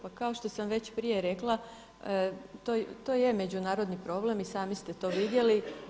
Pa kao što sam već prije rekla to je međunarodni problem i sami ste to vidjeli.